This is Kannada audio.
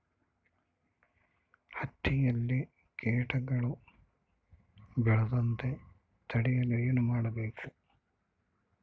ಹತ್ತಿಯಲ್ಲಿ ಕೇಟಗಳು ಬೇಳದಂತೆ ತಡೆಯಲು ಏನು ಮಾಡಬೇಕು?